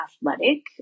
athletic